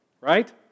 right